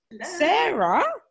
Sarah